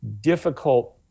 difficult